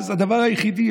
אז הדבר היחידי,